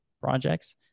projects